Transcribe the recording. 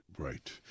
Right